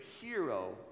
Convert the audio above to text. hero